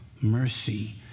Mercy